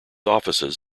offices